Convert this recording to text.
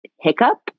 hiccup